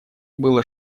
было